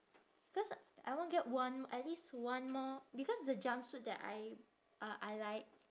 cause I want get one at least one more because the jumpsuit that I uh I like